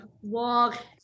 walk